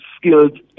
skilled